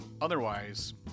Otherwise